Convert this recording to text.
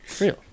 Real